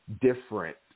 different